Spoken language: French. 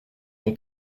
mon